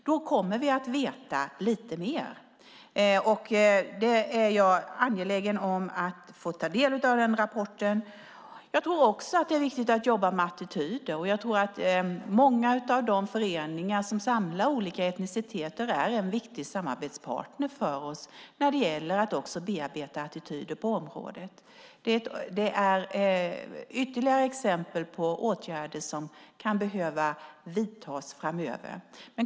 Då kommer vi att få veta lite mer, och jag är som sagt angelägen om att få ta del rapporten. Det är också viktigt att jobba med attityder. Många av de föreningar som samlar olika etniciteter är en viktig samarbetspartner för oss när det gäller att bearbeta attityder på området. Det är ytterligare exempel på åtgärder som kan behöva vidtas framöver.